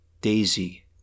Daisy